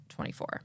24